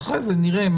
אחרי זה נראה.